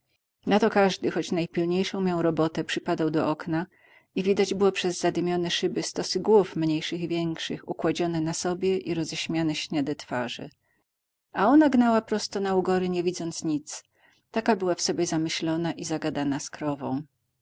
na to każdy choć najpilniejszą miał robotę przypadał do okna i widać było przez zadymione szyby stosy głów mniejszych i większych układzione na siebie i roześmiane śniade twarze a ona gnała prosto na ugory nie widząc nic tak była w sobie zamyślona i zagadana